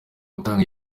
gutanga